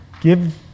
Give